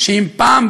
שאם פעם,